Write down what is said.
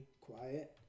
quiet